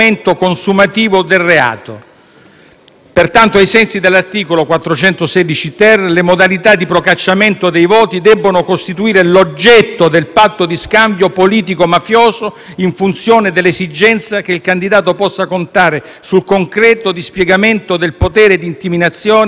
Pertanto, ai sensi dell'articolo 416-*ter*, le modalità di procacciamento dei voti devono costituire l'oggetto del patto di scambio politico-mafioso in funzione dell'esigenza che il candidato possa contare sul concreto dispiegamento del potere di intimidazione, proprio del sodalizio mafioso.